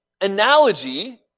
analogy